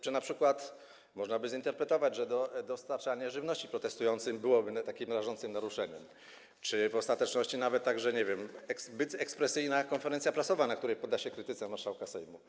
Czy np. można zinterpretować, że dostarczanie żywności protestującym byłoby takim rażącym naruszeniem lub w ostateczności nawet, nie wiem, zbyt ekspresyjna konferencja prasowa, na której podda się krytyce marszałka Sejmu?